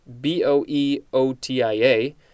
B-O-E-O-T-I-A